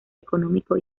económico